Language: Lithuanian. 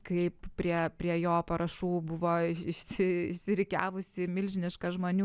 kaip prie prie jo parašų buvo išsi išsirikiavusi milžiniška žmonių